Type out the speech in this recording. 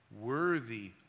worthy